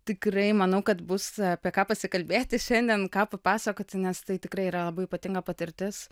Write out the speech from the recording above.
tikrai manau kad bus apie ką pasikalbėti šiandien ką papasakoti nes tai tikrai yra labai ypatinga patirtis